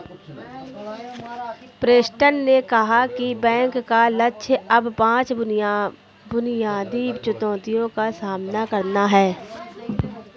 Preston ने कहा कि बैंक का लक्ष्य अब पांच बुनियादी चुनौतियों का सामना करना है